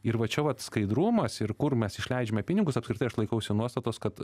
ir va čia vat skaidrumas ir kur mes išleidžiame pinigus apskritai aš laikausi nuostatos kad